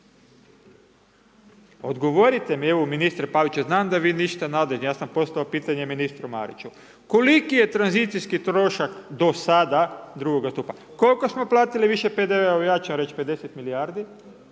Odgovorit mi evo ministre Paviću, znam da vi niste nadležni, ja sam postavio pitanje ministru Mariću, koliki je tranzicijski trošak do sada drugoga stupnja? Koliko smo platili više PDV-a, ja ću vam reći 50 milijardi,